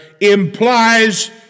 implies